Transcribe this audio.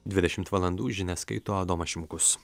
dvidešimt valandų žinias skaito adomas šimkus